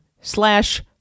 slash